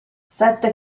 sette